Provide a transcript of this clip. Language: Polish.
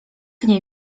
nie